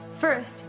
First